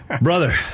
brother